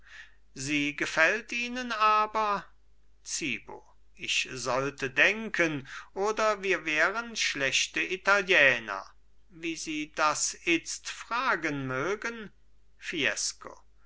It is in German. sie gefällt ihnen aber zibo ich sollte denken oder wir wären schlechte italiener wie sie das itzt fragen mögen fiesco